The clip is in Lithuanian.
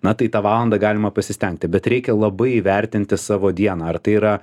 na tai tą valandą galima pasistengti bet reikia labai įvertinti savo dieną ar tai yra